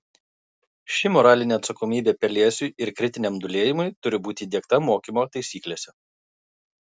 ši moralinė atsakomybė pelėsiui ir kritiniam dūlėjimui turi būti įdiegta mokymo taisyklėse